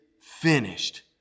finished